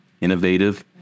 innovative